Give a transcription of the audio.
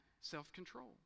self-control